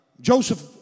Joseph